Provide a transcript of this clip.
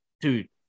dude